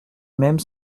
même